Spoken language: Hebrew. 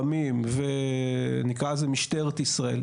רמי"ם ונקרא לזה משטרת ישראל,